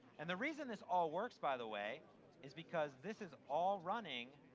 and the reason this all works by the way is because this is all running.